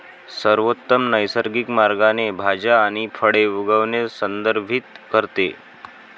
सर्वोत्तम नैसर्गिक मार्गाने भाज्या आणि फळे उगवणे संदर्भित करते